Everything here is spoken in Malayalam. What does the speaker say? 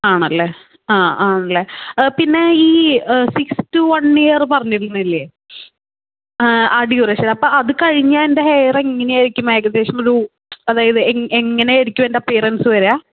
ആണല്ലേ ആ ആണല്ലേ അത് പിന്നെ ഈ സിക്സ് ടു വൺ ഇയർ പറഞ്ഞിരുന്നില്ലേ ആദ്യ ഡ്യൂറേഷൻ അത് കഴിഞ്ഞ് എൻ്റെ ഹെയർ എങ്ങനെ ആയിരിക്കും ഏകദേശം ഒരു അതായത് എങ് എങ്ങനെ ആയിരിക്കും അതിൻ്റെ അപ്പിയറൻസ് വരിക